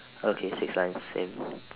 okay six lines same